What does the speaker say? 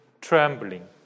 trembling